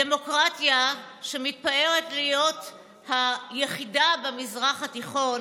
הדמוקרטיה שמתפארת להיות היחידה במזרח התיכון